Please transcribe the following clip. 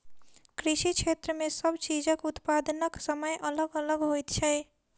कृषि क्षेत्र मे सब चीजक उत्पादनक समय अलग अलग होइत छै